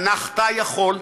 אתה יכול,